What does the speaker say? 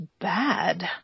bad